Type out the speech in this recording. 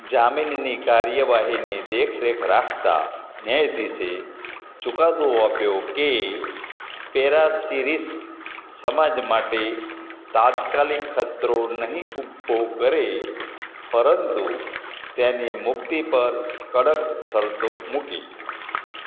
જામીનની કાર્યવાહીની દેખરેખ રાખતાં ન્યાયાધીશે ચુકાદો આપ્યો કે પેરાસિરિસ સમાજ માટે તાત્કાલિક ખતરો નહીં ઊભો કરે પરંતુ તેની મુક્તિ પર કડક શરતો મૂકી